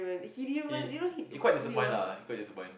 he he quite disappoint lah he quite disappoint